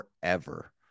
forever